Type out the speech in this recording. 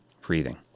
breathing